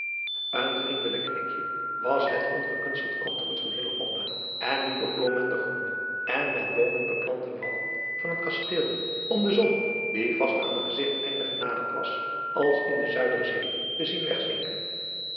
een vriendelijk knikje was het ongekunsteld antwoord van hillegonda en nu beklom men de groene en met boomen beplante wallen van het kasteel om de zon die vast aan den gezigteinder genaderd was als in de zuiderzee te zien wegzinken